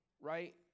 right